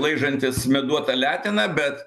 laižantis meduotą leteną bet